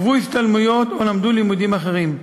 עברו השתלמויות או למדו לימודים אחרים.